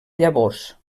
llavors